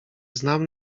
znam